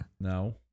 No